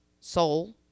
soul